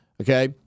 Okay